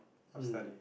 or study